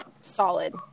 solid